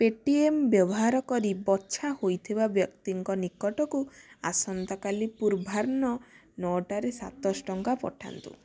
P T M ବ୍ୟବହାର କରି ବଛା ହୋଇଥିବା ବ୍ୟକ୍ତିଙ୍କ ନିକଟକୁ ଆସନ୍ତାକାଲି ପୂର୍ବାହ୍ନ ନଅଟାରେ ସାତଶହ ଟଙ୍କା ପଠାନ୍ତୁ